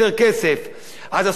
אז עשו קיצוץ רוחבי במה?